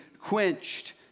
quenched